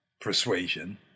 persuasion